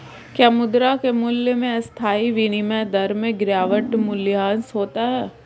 क्या मुद्रा के मूल्य में अस्थायी विनिमय दर में गिरावट मूल्यह्रास होता है?